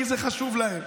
כי זה חשוב להם,